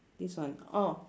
this one oh